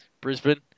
Brisbane